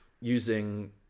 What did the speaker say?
using